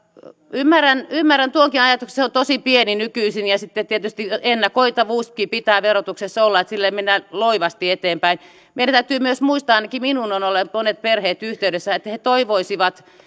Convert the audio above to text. ymmärrän ymmärrän tuonkin ajatuksen se on tosi pieni nykyisin ja sitten tietysti ennakoitavuuskin pitää verotuksessa olla että silleen mennään loivasti eteenpäin meidän täytyy myös muistaa ainakin minuun ovat olleet monet perheet yhteydessä että he toivoisivat